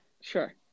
Sure